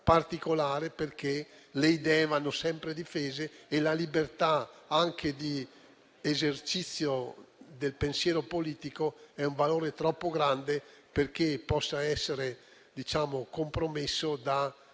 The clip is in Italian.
particolare. Le idee vanno sempre difese. Inoltre la libertà di esercizio del pensiero politico è un valore troppo grande perché possa essere compromesso da